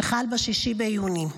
שחל ב-6 ביוני,